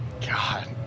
God